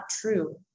true